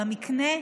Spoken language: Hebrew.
על המקנה,